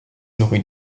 nourrit